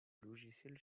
logiciel